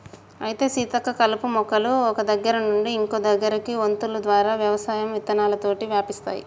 అయితే సీతక్క కలుపు మొక్కలు ఒక్క దగ్గర నుండి ఇంకో దగ్గరకి వొంతులు ద్వారా వ్యవసాయం విత్తనాలతోటి వ్యాపిస్తాయి